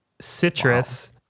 citrus